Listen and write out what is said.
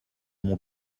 mon